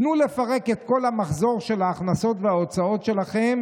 תנו לפרק את כל המחזור של ההכנסות וההוצאות שלכם